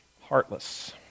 Heartless